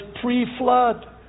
pre-flood